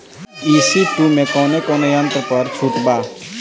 ई.सी two मै कौने कौने यंत्र पर छुट बा?